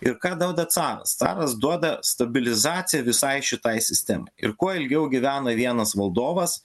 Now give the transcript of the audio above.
ir ką duoda caras caras duoda stabilizaciją visai šitai sistemai ir kuo ilgiau gyvena vienas valdovas